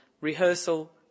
rehearsal